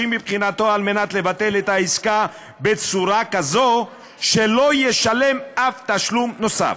מבחינתו כדי לבטל את העסקה בצורה כזו שלא ישלם אף תשלום נוסף.